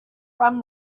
from